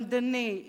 למדני,